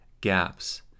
gaps